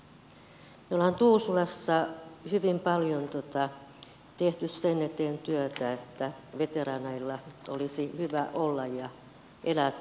me olemme tuusulassa hyvin paljon tehneet sen eteen työtä että veteraaneilla olisi hyvä olla ja elää tuusulassa